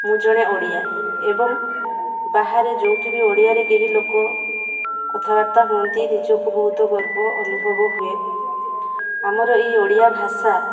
ମୁଁ ଜଣେ ଓଡ଼ିଆ ଏବଂ ବାହାରେ ଯେଉଁଠି ବି ଓଡ଼ିଆରେ କେହି ଲୋକ କଥାବାର୍ତ୍ତା ହୁଅନ୍ତି ନିଜକୁ ବହୁତ ଗର୍ବ ଅନୁଭବ ହୁଏ ଆମର ଏଇ ଓଡ଼ିଆ ଭାଷା